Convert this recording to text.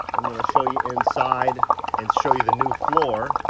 i'm gonna show you inside and show you the new floor